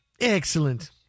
Excellent